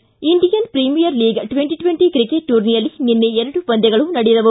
Indian premier league twenty twenty cricket ಟೂರ್ನಿಯಲ್ಲಿ ನಿನ್ನೆ ಎರಡು ಪಂದ್ಯಗಳು ನಡೆದವು